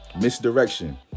misdirection